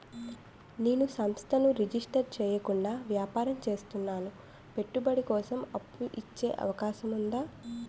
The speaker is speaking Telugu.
నేను సంస్థను రిజిస్టర్ చేయకుండా వ్యాపారం చేస్తున్నాను పెట్టుబడి కోసం అప్పు ఇచ్చే అవకాశం ఉందా?